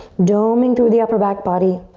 doming through the upper back body.